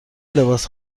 لباس